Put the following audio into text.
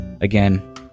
Again